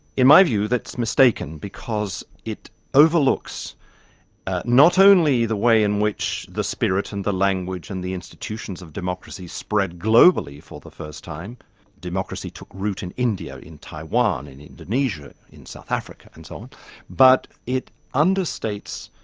in my view that's mistaken because it overlooks not only the way in which the spirit and the language and the institutions of democracy spread globally for the first time democracy took route in india, in taiwan, in indonesia, in south africa and so on but it understates,